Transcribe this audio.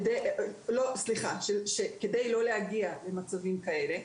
כלומר כדי לא להגיע למצבים כאלה.